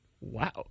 Wow